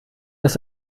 dass